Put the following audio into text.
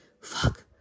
fuck